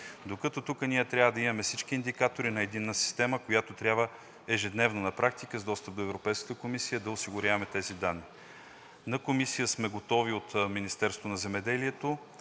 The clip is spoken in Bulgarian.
докато тук ние трябва да имаме всички индикатори на единна система, която трябва ежедневно на практика, с достъп до Европейската комисия, да осигуряваме тези данни. На Комисия сме готови от Министерството на земеделието